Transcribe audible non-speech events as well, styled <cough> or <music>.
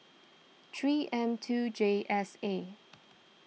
three M two J S A <noise>